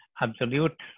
absolute